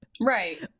Right